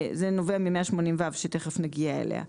זה נובע מ-180ו שתכף נגיע אליה.